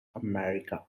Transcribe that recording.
america